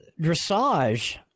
dressage